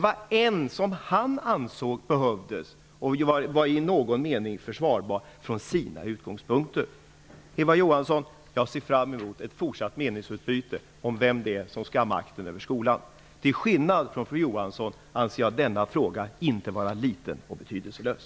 Han ansåg utifrån sina utgångspunkter att en skola behövdes, eller i någon mening var försvarbar. Jag ser fram emot ett fortsatt meningsutbyte om vem det är som skall ha makten över skolan, Eva Johansson. Till skillnad från fru Johansson anser jag inte denna fråga vara liten och betydelselös.